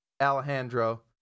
Alejandro